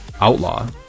outlaw